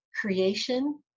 creation